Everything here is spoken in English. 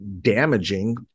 damaging